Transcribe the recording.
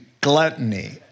gluttony